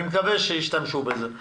אני מקווה שישתמשו בזה.